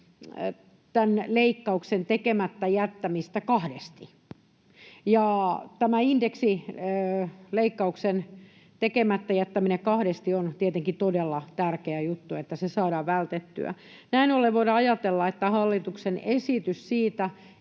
indeksileikkauksen tekemättä jättämistä kahdesti. Tämä indeksileikkauksen tekemättä jättäminen kahdesti on tietenkin todella tärkeä juttu, se, että se saadaan vältettyä. Näin ollen voidaan ajatella, että hallituksen esitys siitä,